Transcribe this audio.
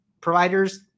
providers